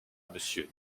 monsieur